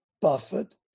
Buffett